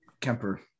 Kemper